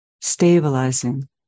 stabilizing